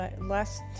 last